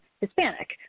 Hispanic